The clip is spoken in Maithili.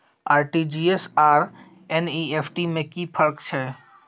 आर.टी.जी एस आर एन.ई.एफ.टी में कि फर्क छै?